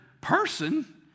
person